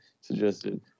Suggested